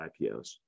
IPOs